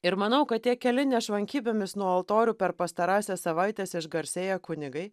ir manau kad tie keli nešvankybėmis nuo altorių per pastarąsias savaites išgarsėję kunigai